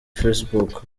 facebook